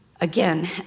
Again